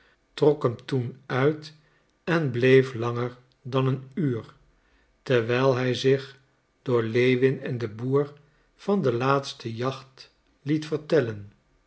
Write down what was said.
hem toen uit en bleef langer dan een uur terwijl hij zich door lewin en den boer van de laatste jacht liet vertellen